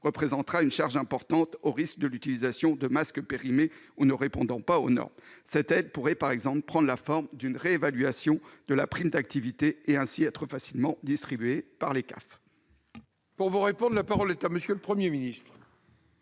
représentera une charge importante et qui risqueraient alors d'utiliser des masques périmés ou ne répondant pas aux normes ? Cette aide pourrait par exemple prendre la forme d'une réévaluation de la prime d'activité et, ainsi, être facilement distribuée par les caisses d'allocations familiales. La parole est à M. le Premier ministre.